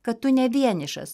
kad tu ne vienišas